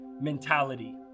mentality